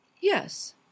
yes